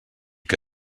que